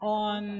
on